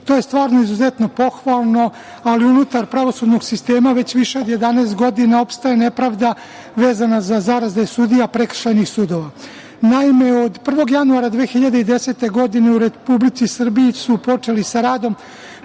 To je stvarno izuzetno pohvalno, ali unutar pravosudnog sistema već više od 11 godina opstaje nepravda vezana za zarade sudija prekršajnih sudova. Naime, od 1. januara 2010. godine, u Republici Srbiji su počeli sa radom